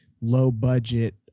low-budget